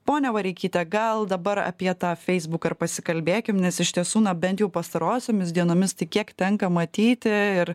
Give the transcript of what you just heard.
ponia vareikyte gal dabar apie tą feisbuką ir pasikalbėkim nes iš tiesų na bent jau pastarosiomis dienomis tik kiek tenka matyti ir